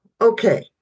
okay